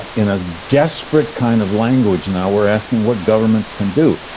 in a desperate kind of language? now we're asking what governments can do.